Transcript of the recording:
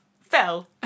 fell